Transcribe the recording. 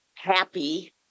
happy